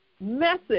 message